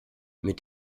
mit